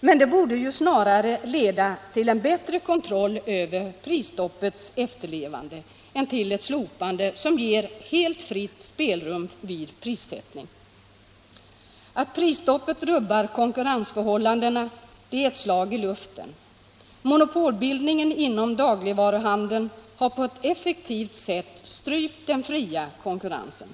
Detta borde ju snarare leda till en bättre kontroll av prisstoppets efterlevande än till ett slopande som ger helt fritt spelrum vid prissättning. Att prisstoppet rubbar konkurrensförhållandena är ett slag i luften. Monopolbildningen inom dagligvaruhandeln har på ett effektivt sätt strypt den fria konkurrensen.